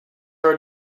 are